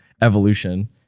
evolution